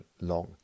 long